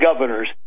governors